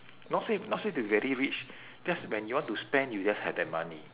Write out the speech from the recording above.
not say not say be very rich just when you want to spend you just have the money